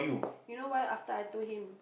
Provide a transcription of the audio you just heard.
you know why after I told him